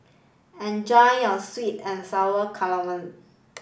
enjoy your Sweet and Sour Calamari